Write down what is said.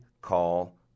call